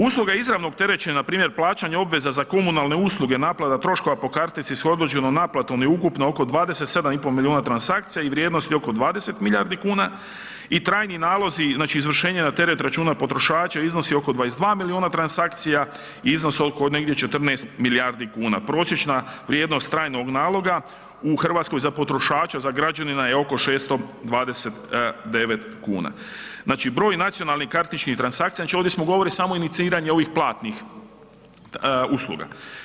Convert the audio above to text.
Usluga izravnog terećenja npr. plaćanja obveza za komunalne usluge, naplata troškova po kartici s odgođenom naplatom je ukupno oko 27,5 milijuna transakcija i vrijednosti oko 20 milijardi kuna i trajni nalozi, znači izvršenje na teret računa potrošača iznosi oko 22 milijuna transakcija i iznos oko negdje 14 milijardi kuna, prosječna vrijednost trajnog naloga u RH za potrošače, za građanina je oko 629,00 kn, znači broj nacionalnih kartičnih transakcija, znači ovdje smo govorili samo o iniciranju ovih platnih usluga.